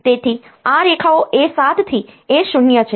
તેથી આ રેખાઓ A7 થી A0 છે